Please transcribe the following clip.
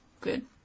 good